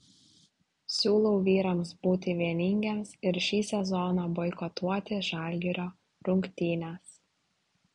siūlau vyrams būti vieningiems ir šį sezoną boikotuoti žalgirio rungtynes